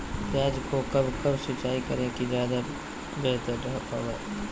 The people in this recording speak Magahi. प्याज को कब कब सिंचाई करे कि ज्यादा व्यहतर हहो?